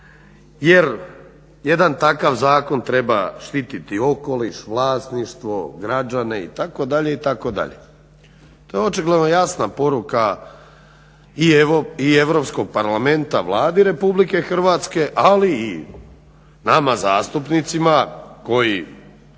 jer jedan takav zakon treba štititi okoliš, vlasništvo, građane itd., itd. To je očigledno jasna poruka i Europskog parlamenta Vladi Republike Hrvatske ali i nama zastupnicima koji